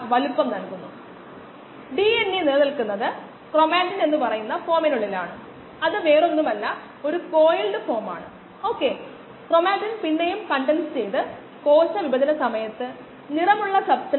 optical density optical density എന്ന് വിളിക്കപ്പെടുന്നത് ഒരു സ്പെക്ട്രോഫോട്ടോമീറ്റർ ഉപയോഗിച്ചാണ് പക്ഷേ ഇത് യഥാർത്ഥത്തിൽ കോശം സ്കാറ്റർഡ് ആയി പോകുന്നതിന്റെ അളവാണ് ഇത് കോശം ആഗിരണം ചെയ്യുന്നതിന്റെ അളവുകോലല്ല